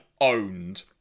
owned